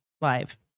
Live